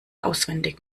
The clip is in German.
auswendig